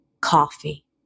coffee